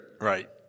Right